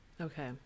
Okay